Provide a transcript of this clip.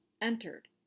entered